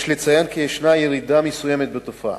יש לציין כי יש ירידה מסוימת בתופעה.